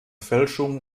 fälschungen